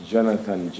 Jonathan